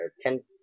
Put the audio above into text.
ten